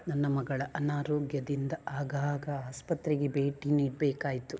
ನನ್ನ ಮಗಳ ಅನಾರೋಗ್ಯದಿಂದ ಆಗಾಗ ಆಸ್ಪತ್ರೆಗೆ ಭೇಟಿ ನೀಡ್ಬೇಕಾಯಿತು